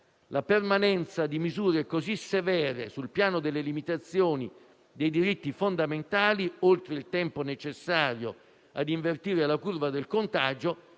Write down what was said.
La permanenza di misure così severe sul piano delle limitazioni dei diritti fondamentali, oltre il tempo necessario a invertire la curva del contagio,